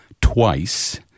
twice